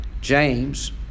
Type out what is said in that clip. James